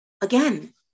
again